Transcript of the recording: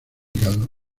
hígado